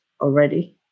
already